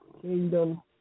kingdom